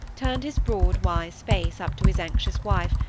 turned his broad, wise face up to his anxious wife,